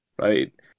right